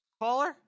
Caller